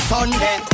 Sunday